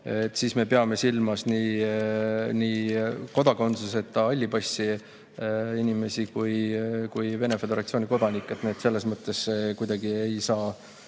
siis me peame silmas nii kodakondsuseta, halli passi inimesi kui ka Venemaa Föderatsiooni kodanikke. Neid selles mõttes kuidagi ei saa